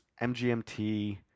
MGMT